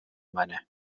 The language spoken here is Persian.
منه